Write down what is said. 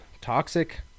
toxic